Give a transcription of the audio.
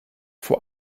vor